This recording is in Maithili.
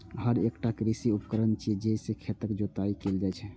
हर एकटा कृषि उपकरण छियै, जइ से खेतक जोताइ कैल जाइ छै